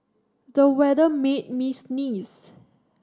the weather made me sneeze